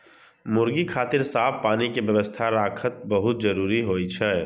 मुर्गी खातिर साफ पानी के व्यवस्था राखब बहुत जरूरी होइ छै